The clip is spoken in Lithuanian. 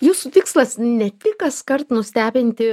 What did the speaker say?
jūsų tikslas ne tik kaskart nustebinti